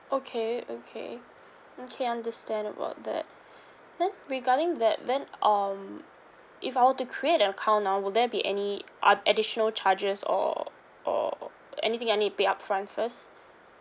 okay okay okay understand about that then regarding that then um if I were to create an account now will there be any uh additional charges or or uh anything I need to pay upfront first